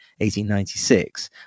1896